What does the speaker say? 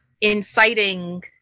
inciting